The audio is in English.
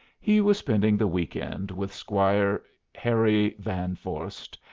he was spending the week-end with squire harry van vorst,